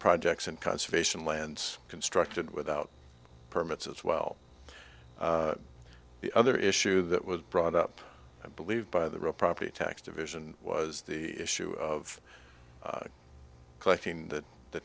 projects and conservation lands constructed without permits as well the other issue that was brought up i believe by the real property tax division was the issue of collecting th